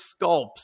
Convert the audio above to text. sculpts